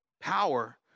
Power